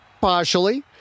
Partially